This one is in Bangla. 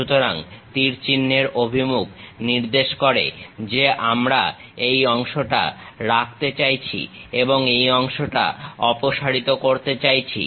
সুতরাং তীর চিহ্নের অভিমুখ নির্দেশ করে যে আমরা এই অংশটার রাখতে চাইছি এবং এই অংশটা অপসারিত করতে চাইছি